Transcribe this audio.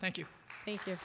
thank you thank you